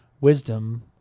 wisdom